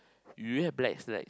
do you have black slacks